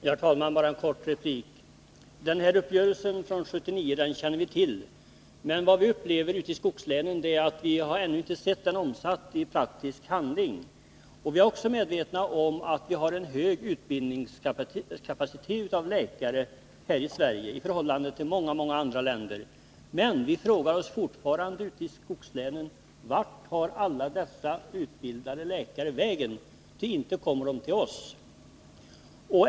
Herr talman! Bara en kort replik. Uppgörelsen från 1979 känner vi till, men i skogslänen har vi ännu inte sett den omsatt i praktisk handling. Vi är också medvetna om att vi här i Sverige, i förhållande till många andra länder, har en hög utbildningskapacitet när det gäller läkare. Men ute i skogslänen frågar vi oss fortfarande vart alla dessa utbildade läkare tar vägen, ty inte kommer de till oss!